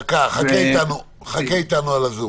חכה איתנו רגע בזום.